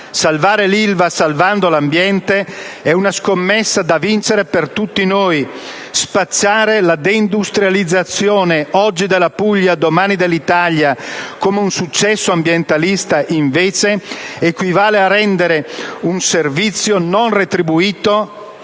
Salvare l'Ilva salvando l'ambiente è una scommessa da vincere per tutti noi. Spacciare la deindustrializzazione oggi della Puglia, domani dell'Italia come un successo ambientalista, invece, equivale a rendere un servizio non retribuito